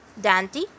Dante